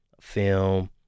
film